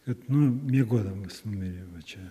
kad nu miegodamas mirė čia